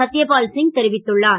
சத்யபால் சிங் தெரிவித்துள்ளார்